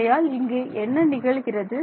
ஆகையால் இங்கே என்ன நிகழ்கிறது